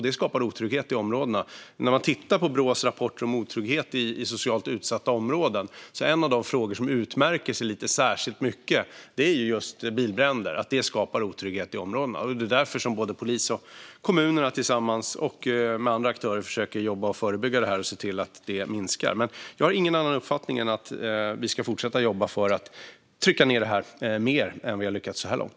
Det skapar otrygghet i områdena. När man tittar på Brås rapporter om otrygghet i socialt utsatta områden ser man att en av de frågor som utmärker sig särskilt mycket är just bilbränder. De skapar otrygghet i områdena. Det är därför poliser och kommuner både tillsammans och med andra aktörer försöker jobba med att förebygga detta och se till att det minskar. Jag har ingen annan uppfattning än att vi ska fortsätta att jobba för att trycka ned det här mer än vi har lyckats med så här långt.